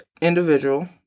individual